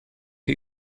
chi